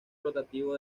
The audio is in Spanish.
rotativo